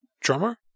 drummer